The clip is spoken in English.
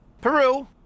Peru